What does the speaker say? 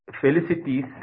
felicities